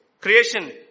Creation